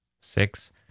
Six